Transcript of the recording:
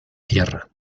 tierra